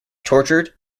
tortured